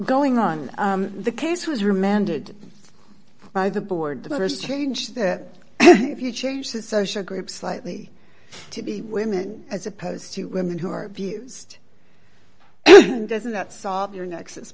going on the case was remanded by the board the st change that if you change the social group slightly to be women as opposed to women who are abused doesn't that solve your nexus